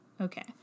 Okay